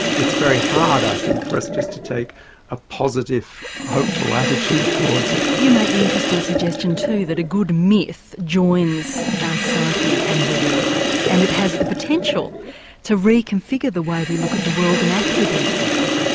it's very hard i think for us to take a positive, hopeful attitude towards it. you make the interesting suggestion too that a good myth joins our psyche and the world, and it has the potential to reconfigure the way we look at the world and act within the world.